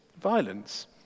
violence